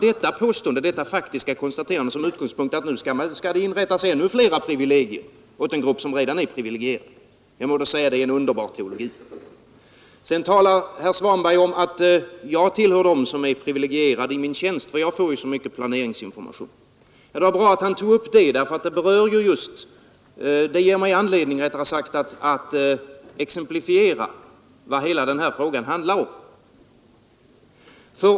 Sedan tar han detta faktiska konstaterande som utgångspunkt för tion för de anatt det bör inrättas ännu fler privilegier för en grupp som redan är ställda i privilegierad. Jag må då säga att det är en underbar teologi. aktiebolag och Sedan påpekar herr Svanberg att jag på grund av min tjänst är ekonomiska för privilegierad; jag får så mycket planeringsinformation. Det var bra att han tog upp den saken. Det ger mig anledning att exemplifiera vad hela denna fråga handlar om.